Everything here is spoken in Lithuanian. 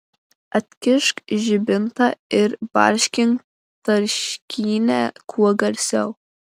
atkišk žibintą ir barškink tarškynę kuo garsiau